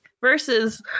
versus